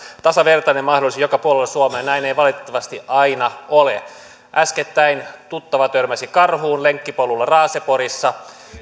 tasavertainen mahdollisuus joka puolella suomea näin ei ei valitettavasti aina ole äskettäin tuttava törmäsi karhuun lenkkipolulla raaseporissa